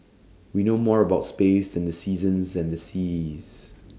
we know more about space than the seasons and the seas